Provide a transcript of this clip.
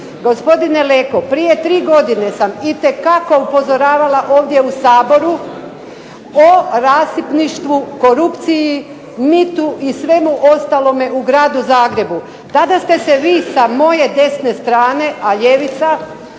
Gospodine Leko, prije tri godine sam itekako upozoravala ovdje u Saboru o rasipništvu, korupciji, mitu i svemu ostalome u Gradu Zagrebu. Tada ste se vi sa moje desne strane, a ljevica,